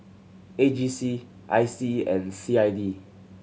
A G C I C and C I D